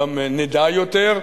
גם נדע יותר,